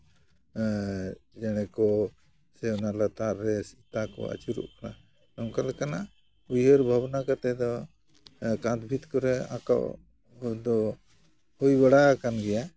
ᱪᱮᱬᱮ ᱠᱚ ᱥᱮ ᱚᱱᱟ ᱞᱟᱛᱟᱨ ᱨᱮ ᱥᱮᱛᱟ ᱠᱚ ᱟᱹᱪᱩᱨᱚᱜᱼᱟ ᱚᱱᱠᱟᱞᱮᱠᱟᱱᱟᱜ ᱩᱭᱦᱟᱹᱨ ᱵᱷᱟᱵᱱᱟ ᱠᱟᱛᱮ ᱫᱚ ᱠᱟᱸᱛ ᱵᱷᱤᱛ ᱠᱚᱨᱮ ᱟᱸᱠᱟᱣ ᱠᱚᱫᱚ ᱦᱩᱭ ᱵᱟᱲᱟ ᱟᱠᱟᱱ ᱜᱮᱭᱟ